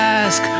ask